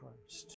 Christ